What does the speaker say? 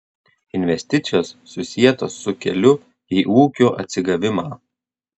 investicijos susietos su keliu į ūkio atsigavimą